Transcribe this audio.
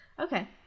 Okay